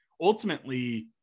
ultimately